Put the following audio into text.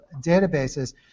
databases